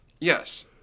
Yes